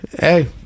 hey